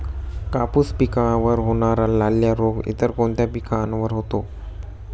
कापूस पिकावर होणारा लाल्या रोग इतर कोणत्या पिकावर होतो?